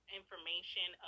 information